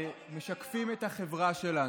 שזה יכול להיות, שמשקפים את החברה שלנו,